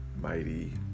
mighty